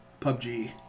PUBG